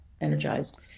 energized